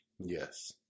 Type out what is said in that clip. Yes